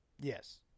yes